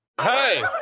Hey